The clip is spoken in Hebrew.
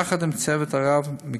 יחד עם צוות הרב-מקצועי,